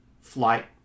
flight